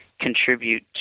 contribute